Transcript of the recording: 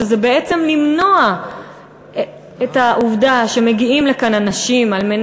שזה בעצם למנוע את העובדה שמגיעים לכאן אנשים כדי,